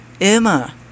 Emma